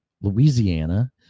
Louisiana